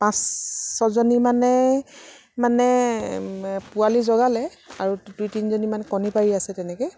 পাঁচ ছয়জনী মানে মানে পোৱালি জগালে আৰু দুই তিনিজনীমান কণী পাৰি আছে তেনেকৈ